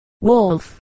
Wolf